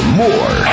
more